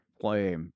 play